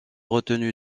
retenu